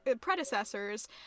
predecessors